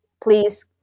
please